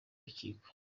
rukiko